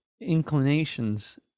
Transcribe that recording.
inclinations